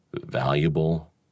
valuable